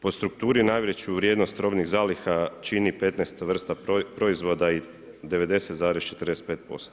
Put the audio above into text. Po strukturi najveću vrijednost robnih zaliha čini 15 vrsta proizvoda i 90,45%